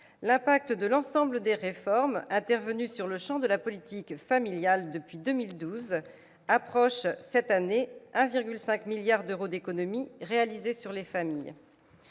L'impact de l'ensemble des réformes intervenues dans le champ de la politique familiale depuis 2012 s'élève environ, cette année, à 1,5 milliard d'euros d'économies, assumées par les familles.